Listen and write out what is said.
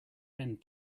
end